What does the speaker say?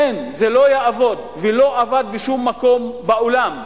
אין, זה לא יעבוד ולא עבד בשום מקום בעולם,